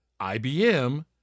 IBM